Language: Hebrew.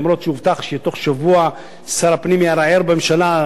אף שהובטח שבתוך שבוע שר הפנים יערער בממשלה,